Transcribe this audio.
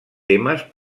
temes